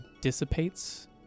dissipates